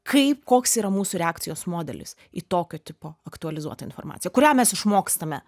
kaip koks yra mūsų reakcijos modelis į tokio tipo aktualizuotą informaciją kurią mes išmokstame